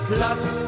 Platz